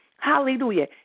Hallelujah